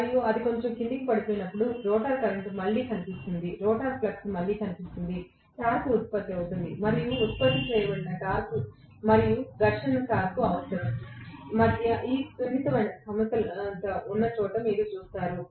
మరియు అది కొంచెం క్రిందికి పడిపోయినప్పుడు రోటర్ కరెంట్ మళ్లీ కనిపిస్తుంది రోటర్ ఫ్లక్స్ మళ్లీ కనిపిస్తుంది టార్క్ ఉత్పత్తి అవుతుంది మరియు ఉత్పత్తి చేయబడిన టార్క్ మరియు ఘర్షణ టార్క్ అవసరం మధ్య ఈ సున్నితమైన సమతుల్యత ఉన్న చోట మీరు చూస్తారు